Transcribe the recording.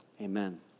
amen